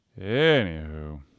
Anywho